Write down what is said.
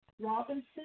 Robinson